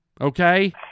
okay